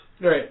Right